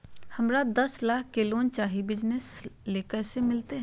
हमरा दस लाख के लोन चाही बिजनस ले, कैसे मिलते?